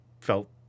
felt